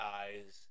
eyes